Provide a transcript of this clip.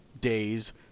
days